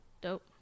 Dope